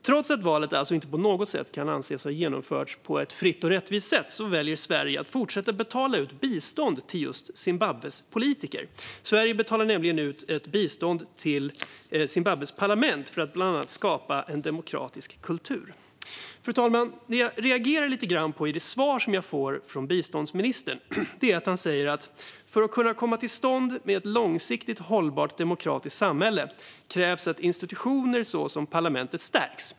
Trots att valet alltså inte på något sätt kan anses ha genomförts på ett fritt och rättvist sätt väljer Sverige att fortsätta att betala ut bistånd till just Zimbabwes politiker. Sverige betalar nämligen ut ett bistånd till Zimbabwes parlament för att bland annat skapa en demokratisk kultur. Fru talman! Jag reagerade lite grann på det svar jag fick från biståndsministern. Han sa följande: "För att kunna få till stånd ett långsiktigt hållbart demokratiskt samhälle krävs att institutioner såsom parlamentet stärks."